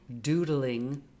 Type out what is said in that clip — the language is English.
doodling